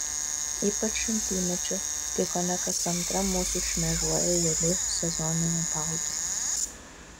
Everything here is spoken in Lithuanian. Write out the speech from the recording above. ypač šaltymečiu kai kone kas antra mūsų šmėžuoja juodu sezoniniu paltu